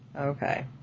Okay